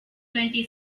twenty